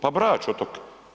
Pa Brač otok.